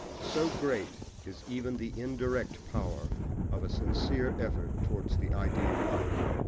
so great is even the indirect power of a sincere effort towards the ideal life,